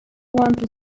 want